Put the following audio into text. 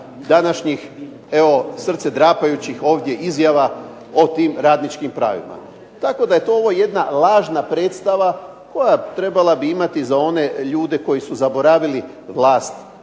današnjih evo srcedrapajućih ovdje izjava o tim radničkim pravima tako da je to jedna lažna predstava koja trebala bi imati za one ljude koji su zaboravili vlast